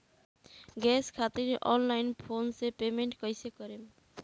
Gas खातिर online phone से payment कैसे करेम?